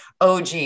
OG